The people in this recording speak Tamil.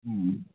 ம்